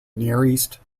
nearest